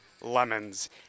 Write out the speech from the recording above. Lemons